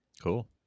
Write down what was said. cool